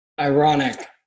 ironic